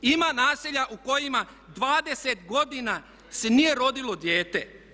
Ima naselja u kojima 20 godina se nije rodilo dijete.